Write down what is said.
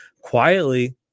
quietly